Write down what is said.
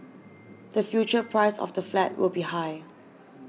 the future price of the flat will be high